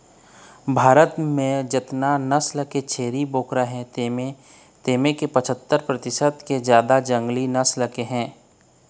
भारत म जतना नसल के छेरी बोकरा हे तेमा के पछत्तर परतिसत ले जादा जंगली नसल के हे